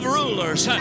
rulers